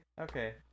okay